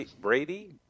Brady